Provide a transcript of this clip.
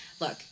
Look